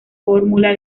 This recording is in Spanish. fórmula